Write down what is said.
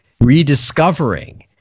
rediscovering